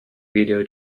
video